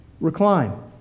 Recline